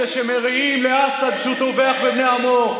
אלה שמריעים לאסד כשהוא טובח בבני עמו,